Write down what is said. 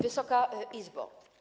Wysoka Izbo!